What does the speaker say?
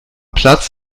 platz